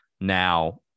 now